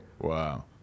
Wow